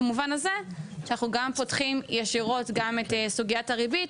במובן הזה שאנחנו גם פותחים ישירות את סוגיית הריבית,